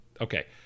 Okay